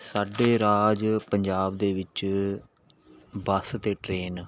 ਸਾਡੇ ਰਾਜ ਪੰਜਾਬ ਦੇ ਵਿੱਚ ਬੱਸ ਅਤੇ ਟ੍ਰੇਨ